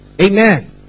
Amen